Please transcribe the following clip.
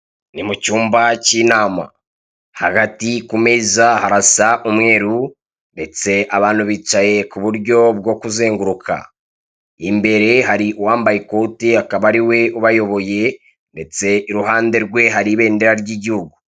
Ni mucyumba cy'inama hagati kumeza harasa umweru ndetse abantu bicaye kuburyo bwo kuzenguruka, imbere hari uwambaye ikoti akaba ariwe ubayoboye ndetse iruhande rwe hari ibendera ry'igihugu.